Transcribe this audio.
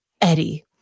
Eddie